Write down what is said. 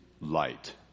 light